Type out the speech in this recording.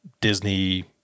Disney